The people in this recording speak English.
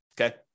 Okay